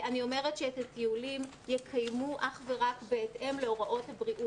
אני אומרת שאת הטיולים יקיימו אך ורק בהתאם להוראות הבריאות.